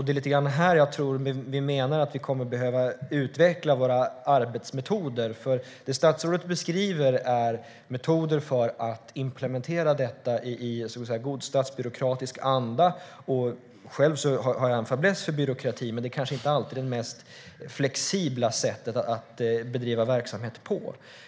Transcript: Det är lite grann här vi menar att vi kommer att behöva utveckla våra arbetsmetoder. Det statsrådet beskriver är metoder för att implementera detta i god statsbyråkratisk anda. Själv har jag en faiblesse för byråkrati. Men det är kanske inte alltid det mest flexibla sättet att bedriva verksamhet på.